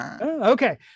okay